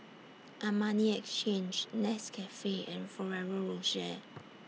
Armani Exchange Nescafe and Ferrero Rocher